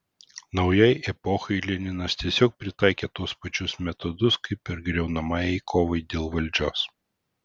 naujai epochai leninas tiesiog pritaikė tuos pačius metodus kaip ir griaunamajai kovai dėl valdžios